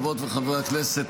חברות וחברי הכנסת,